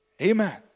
Amen